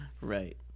Right